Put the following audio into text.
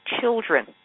children